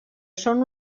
són